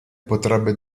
potrebbe